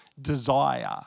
Desire